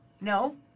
No